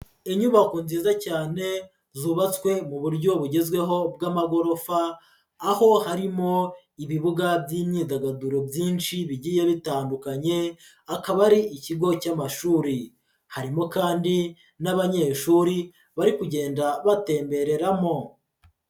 Inyubako nziza cyane zubatswe mu buryo bugezweho bw'amagorofa, aho harimo ibibuga by'imyidagaduro byinshi bigiye bitandukanye, akaba ari ikigo cy'amashuri, harimo kandi n'abanyeshuri bari kugenda batembereramo.